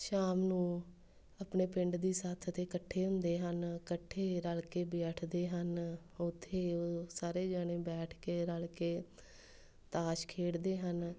ਸ਼ਾਮ ਨੂੰ ਆਪਣੇ ਪਿੰਡ ਦੀ ਸੱਥ 'ਤੇ ਇਕੱਠੇ ਹੁੰਦੇ ਹਨ ਇਕੱਠੇ ਰਲ ਕੇ ਬੈਠਦੇ ਹਨ ਉੱਥੇ ਉਹ ਸਾਰੇ ਜਣੇ ਬੈਠ ਕੇ ਰਲ ਕੇ ਤਾਸ਼ ਖੇਡਦੇ ਹਨ